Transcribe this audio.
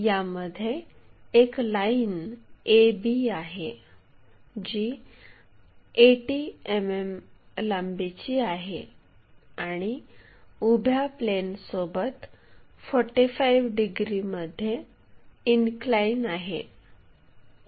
यामध्ये एक line AB आहे जी 80 मिमी लांबीची आहे आणि उभ्या प्लेनसोबत 45 डिग्रीमध्ये इनक्लाइन आहे